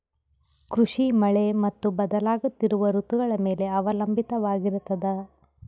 ಕೃಷಿ ಮಳೆ ಮತ್ತು ಬದಲಾಗುತ್ತಿರುವ ಋತುಗಳ ಮೇಲೆ ಅವಲಂಬಿತವಾಗಿರತದ